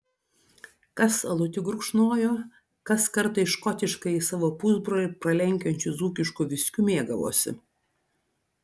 kas alutį gurkšnojo kas kartais škotiškąjį savo pusbrolį pralenkiančiu dzūkišku viskiu mėgavosi